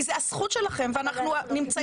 כי זה הזכות שלכם ואנחנו נמצאים על זה.